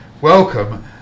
Welcome